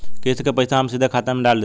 किस्त के पईसा हम सीधे खाता में डाल देम?